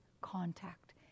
contact